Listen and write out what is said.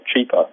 cheaper